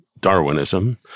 Darwinism